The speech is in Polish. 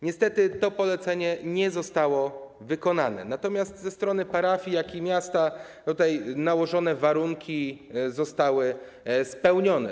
Niestety to polecenie nie zostało wykonane, natomiast zarówno ze strony parafii, jak i miasta nałożone warunki zostały spełnione.